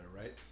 right